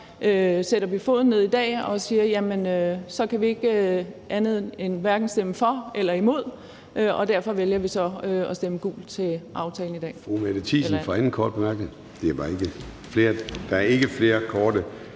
sætter vi foden ned i dag og siger, at vi hverken kan stemme for eller imod, og vælger så at stemme gult til forslaget i dag.